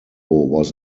was